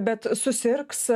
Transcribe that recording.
bet susirgs